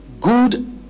good